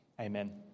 amen